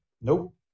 Nope